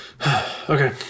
Okay